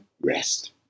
rest